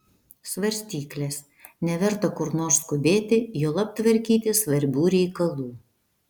svarstyklės neverta kur nors skubėti juolab tvarkyti svarbių reikalų